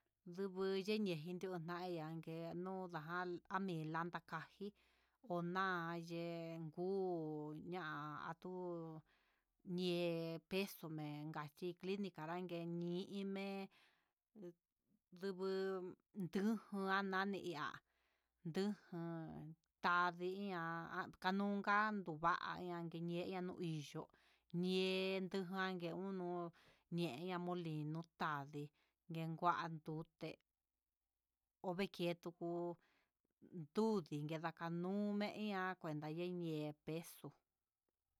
Dubu yenye nijió ha ndague no jan amilanda kaji onan yee nguu ña'a atu yee, peso menga xhi clinica ñaken yin ime'e nduvu ndujió nani ihá nujun tadi'a nujan nando va'a nake neyen ho di yo'ó yen ku jan ke unó, ñena moli tadii niguan nduté oveki tuku dun nikeda'a anun me ihá kuadekenñe peso.